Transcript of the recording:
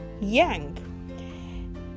Yang